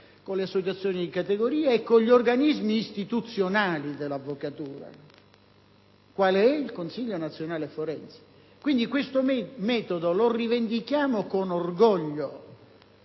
con le associazioni di categoria e con gli organismi istituzionali dell'avvocatura, qual è il Consiglio nazionale forense. Quindi, questo metodo lo rivendichiamo con orgoglio.